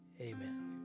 Amen